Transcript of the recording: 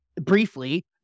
briefly